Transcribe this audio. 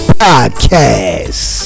podcast